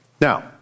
Now